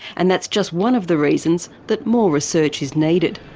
and that's just one of the reasons that more research is needed.